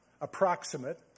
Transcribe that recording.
approximate